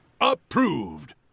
approved